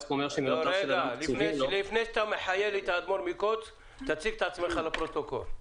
תציג את עצמך לפרוטוקול.